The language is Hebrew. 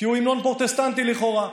כי הוא המנון פרוטסטנטי, לכאורה.